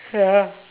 ya